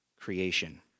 creation